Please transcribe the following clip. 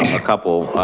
a couple.